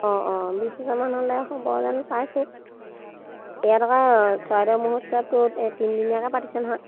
অঁ অঁ বিছ হেজাৰ মান হ'লে হ'ব যেন পাইছোঁ ইয়াত আকৌ চৰাইদেউ মহোৎসৱটোত তিনদিনীয়াকে পাতিছে নহয়